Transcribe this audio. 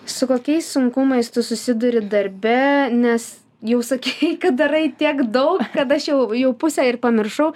su kokiais sunkumais tu susiduri darbe nes jau sakei kad darai tiek daug kad aš jau jau pusę ir pamiršau